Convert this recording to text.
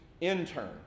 intern